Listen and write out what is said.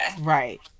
Right